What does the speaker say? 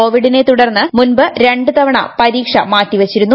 കോവിഡിനെ തുടർന്ന് മുൻപ് രണ്ട് തവണ പരീക്ഷ മാറ്റി വച്ചിരുന്നു